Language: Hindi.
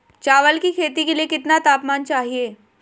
चावल की खेती के लिए कितना तापमान चाहिए?